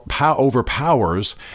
overpowers